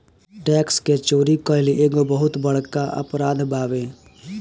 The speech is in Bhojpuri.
टैक्स के चोरी कईल एगो बहुत बड़का अपराध बावे